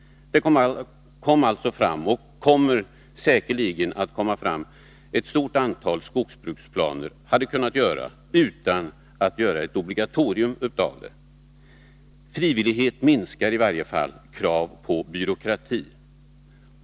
Det kom alltså och hade säkerligen kunnat komma fram ett stort antal skogsplaner utan ett obligatorium. Frivillighet minskar i varje fall kraven på byråkrati.